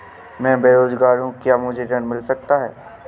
मैं बेरोजगार हूँ क्या मुझे ऋण मिल सकता है?